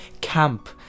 camp